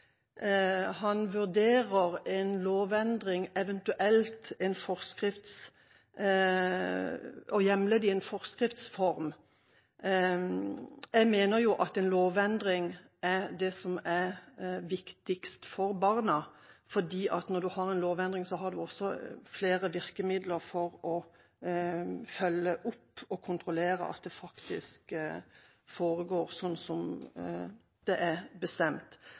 han vurderer en lovendring, eventuelt å hjemle det i en forskriftsform. Jeg mener at en lovendring er det som er viktigst for barna, for når man har en lovendring, har man også flere virkemidler for å følge opp og kontrollere at det faktisk foregår sånn som det er bestemt.